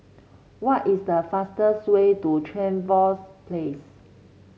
what is the fastest way to Trevose Place